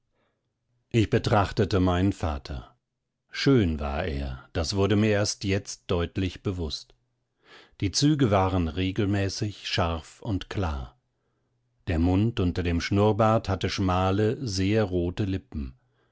ich betrachtete meinen vater schön war er das wurde mir jetzt erst deutlich bewußt die züge waren regelmäßig scharf und klar der mund unter dem schnurrbart hatte schmale sehr rote lippen